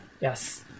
Yes